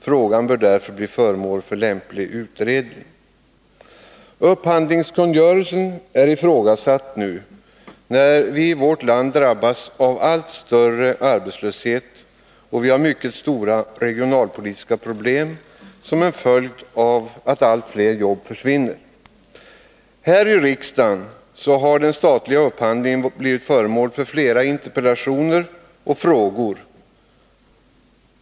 Frågan bör därför bli föremål för lämplig utredning.” Upphandlingskungörelsen är i frågasatt nu, när vi i vårt land drabbas av en allt större arbetslöshet och har mycket stora regionalpolitiska problem som en följd av att allt fler jobb försvinner. Här i riksdagen har den statliga upphandlingen blivit föremål för flera interpellationer och frågor.